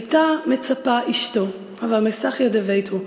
הייתה מצפה אשתו, "הוה מסכיא דביתהו",